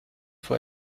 vor